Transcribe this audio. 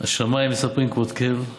"השמים מספרים כבוד אל" השמיים,